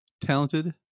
talented